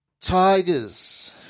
Tigers